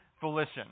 volition